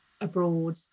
abroad